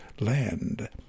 land